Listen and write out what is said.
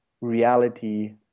reality